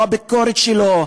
לא את הביקורת שלו,